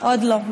עוד לא.